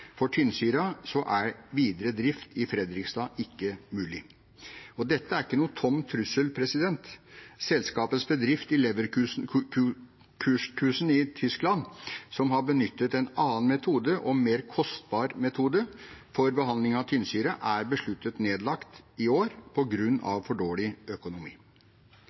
for tynnsyre er videre drift i Fredrikstad ikke mulig. Dette er ikke noen tom trussel. Selskapets bedrift i Leverkusen i Tyskland, som har benyttet en annen og mer kostbar metode for behandling av tynnsyre, er besluttet nedlagt i år på grunn av for dårlig økonomi